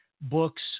books